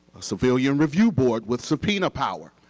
civilian review board with subpoena power.